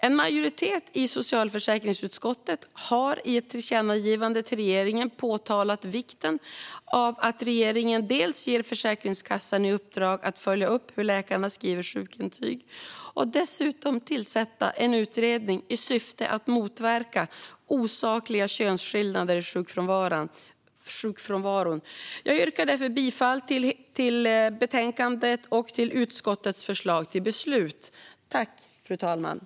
En majoritet i socialförsäkringsutskottet har i ett tillkännagivande till regeringen påtalat vikten av att regeringen ger Försäkringskassan i uppdrag att följa upp hur läkarna skriver sjukintyg och dessutom att tillsätta en utredning i syfte att motverka osakliga könsskillnader i sjukfrånvaron. Jag yrkar därför bifall till utskottets förslag till beslut i betänkandet.